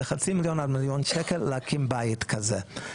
זה חצי מיליון עד מיליון שקלים להקים בית כזה.